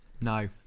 no